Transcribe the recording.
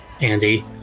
Andy